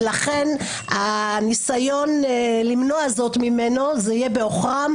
ולכן הניסיון למנוע זאת ממנו זה יהיה בעוכרם,